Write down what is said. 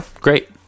great